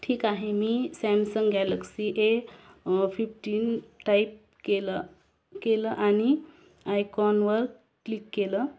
ठीक आहे मी Samsung Galaxy A fifteen type केलं केलं आणि आयकॉनवर क्लिक केलं